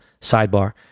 sidebar